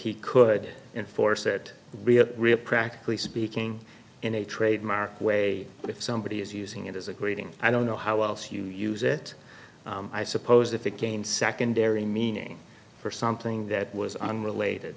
he could enforce it real real practically speaking in a trademark way but if somebody is using it as a greeting i don't know how else you use it i suppose if it gained secondary meaning for something that was unrelated